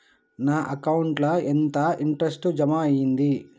నా అకౌంట్ ల ఎంత ఇంట్రెస్ట్ జమ అయ్యింది?